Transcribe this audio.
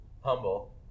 humble